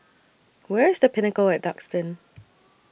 Where IS The Pinnacle At Duxton